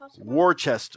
Worcester